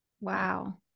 wow